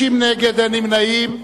60 נגד, אין נמנעים.